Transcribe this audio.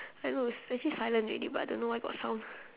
I know actually silent already but I don't know why got sound